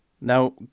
Now